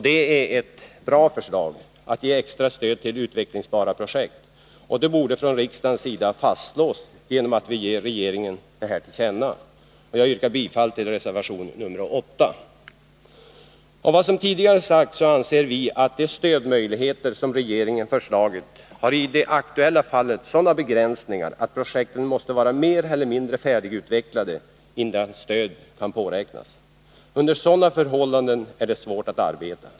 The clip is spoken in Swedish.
Det är ett bra förslag — att ge extra stöd till utvecklingsbara projekt. Det borde från riksdagens sida fastslås genom att vi ger regeringen detta till känna. Jag yrkar bifall till reservation nr 8. Som framgår av vad som tidigare sagts anser vi att de stödmöjligheter som regeringen föreslagit i det aktuella fallet har de begränsningarna, att projekten måste vara mer eller mindre färdigutvecklade, innan stöd kan påräknas. Under sådana förhållanden är det svårt att arbeta.